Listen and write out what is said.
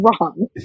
wrong